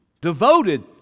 Devoted